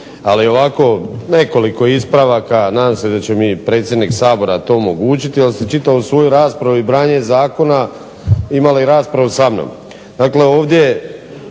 ali ovako nekoliko ispravaka. Nadam se da će mi predsjednik Sabora to omogućiti jer ste čitavu svoju raspravu i branjenje zakona imali raspravu sa mnom. Dakle, ovdje